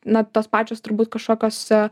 na tos pačios turbūt kažkokios